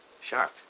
Sharp